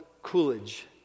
coolidge